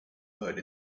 heard